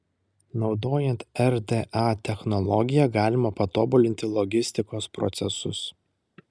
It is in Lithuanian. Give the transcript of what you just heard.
naudojant rda technologiją galima patobulinti logistikos procesus